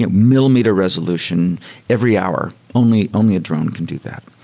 ah millimeter resolution every hour, only only a drone can do that.